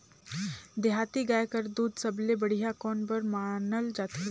देहाती गाय कर दूध सबले बढ़िया कौन बर मानल जाथे?